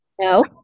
no